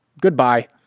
Goodbye